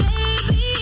Baby